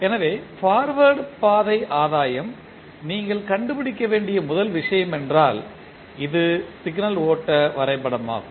எனவே பார்வேர்ட் பாதை ஆதாயம் நீங்கள் கண்டுபிடிக்க வேண்டிய முதல் விஷயம் என்றால் இது சிக்னல் ஓட்ட வரைபடமாகும்